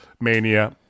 Mania